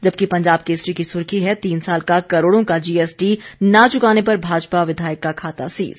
जबकि पंजाब केसरी की सुर्खी है तीन साल का करोड़ों का सीजीएसटी न चुकाने पर भाजपा विधायक का खाता सीज